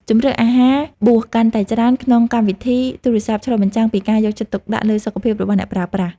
ជម្រើសអាហារបួសកាន់តែច្រើនក្នុងកម្មវិធីទូរស័ព្ទឆ្លុះបញ្ចាំងពីការយកចិត្តទុកដាក់លើសុខភាពរបស់អ្នកប្រើប្រាស់។